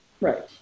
Right